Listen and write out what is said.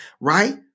right